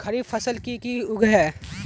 खरीफ फसल की की उगैहे?